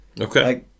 Okay